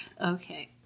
Okay